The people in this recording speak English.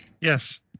Yes